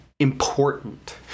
important